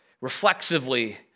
reflexively